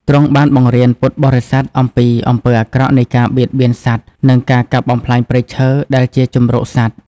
ទ្រង់បានបង្រៀនពុទ្ធបរិស័ទអំពីអំពើអាក្រក់នៃការបៀតបៀនសត្វ និងការកាប់បំផ្លាញព្រៃឈើដែលជាជម្រកសត្វ។